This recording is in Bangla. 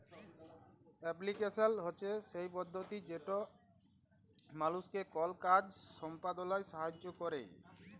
এপ্লিক্যাশল হছে সেই পদ্ধতি যেট মালুসকে কল কাজ সম্পাদলায় সাহাইয্য ক্যরে